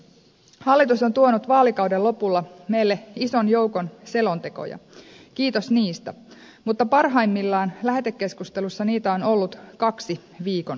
hallitus on tuonut vaalikauden lopulla meille ison joukon selontekoja kiitos niistä mutta parhaimmillaan lähetekeskustelussa niitä on ollut kaksi viikon aikana